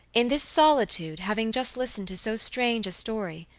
in this solitude, having just listened to so strange a story,